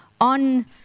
on